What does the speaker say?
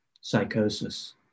psychosis